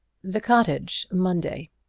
the cottage, monday.